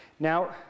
Now